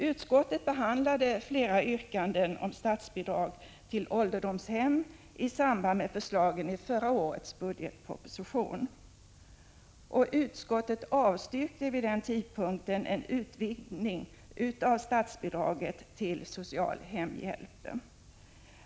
Utskottet behandlade flera yrkanden om statsbidrag till ålderdomshem i samband med förslagen i förra årets budgetproposition. Utskottet avstyrkte vid den tidpunkten en utvidgning av statsbidraget till social hemhjälp.